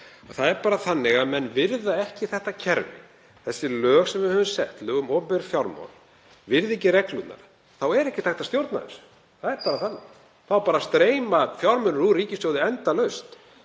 Það er bara þannig að ef menn virða ekki þetta kerfi, þau lög sem við höfum sett, lög um opinber fjármál, og virða ekki reglurnar þá er ekkert hægt að stjórna þessu. Það er bara þannig. Þá streyma fjármunir úr ríkissjóði endalaust.